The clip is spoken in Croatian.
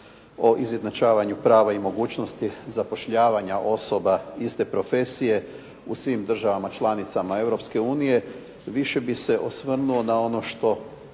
o izjednačavanju prava i mogućnosti zapošljavanja osoba iste profesije u svim državama članicama Europske unije, više bih se osvrnuo na ono što